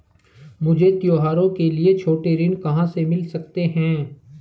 मुझे त्योहारों के लिए छोटे ऋण कहां से मिल सकते हैं?